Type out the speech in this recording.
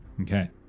Okay